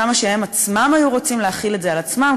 כמה שהם עצמם היו רוצים להחיל את זה על עצמם,